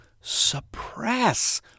suppress